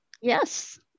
yes